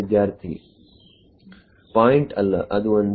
ವಿದ್ಯಾರ್ಥಿ ಪಾಯಿಂಟ್ ಅಲ್ಲ ಅದು ಒಂದು